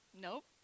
Nope